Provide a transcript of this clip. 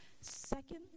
Second